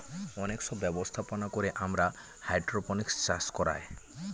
অনেক সব ব্যবস্থাপনা করে আমরা হাইড্রোপনিক্স চাষ করায়